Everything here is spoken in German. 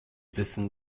wissen